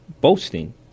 boasting